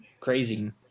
crazy